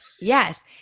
Yes